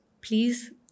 Please